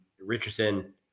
Richardson